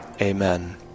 Amen